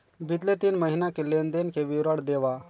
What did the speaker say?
बितले तीन महीना के लेन देन के विवरण देवा?